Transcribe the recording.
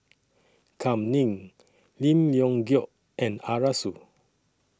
Kam Ning Lim Leong Geok and Arasu